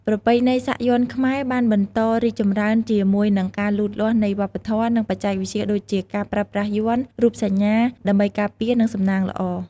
ប្រពៃណីសាក់យ័ន្តខ្មែរបានបន្តរីកចម្រើនជាមួយនឹងការលូតលាស់នៃវប្បធម៌ និងបច្ចេកវិទ្យាដូចជា ការប្រើប្រាស់យ័ន្ត (រូបសញ្ញា) ដើម្បីការពារ និងសំណាងល្អ។